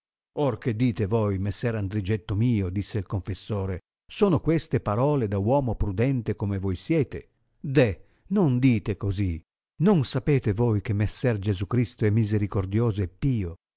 or che dite voi messer andrigetto mio disse il confessore sono queste parole da uomo prudente come voi siete deh non dite così non sapete voi che messer gesù cristo è misericordioso e